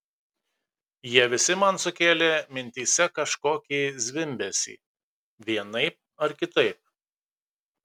jie visi man sukėlė mintyse kažkokį zvimbesį vienaip ar kitaip